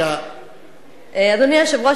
אדוני היושב-ראש,